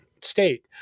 state